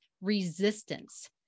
resistance